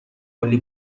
کلی